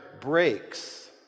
breaks